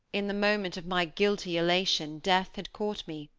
in the moment of my guilty elation death had caught me,